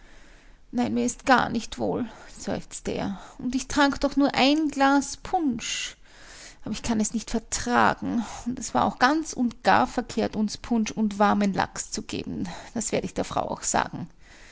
nein mir ist gar nicht wohl seufzte er und ich trank doch nur ein glas punsch aber ich kann ihn nicht vertragen und es war auch ganz und gar verkehrt uns punsch und warmen lachs zu geben das werde ich der frau auch sagen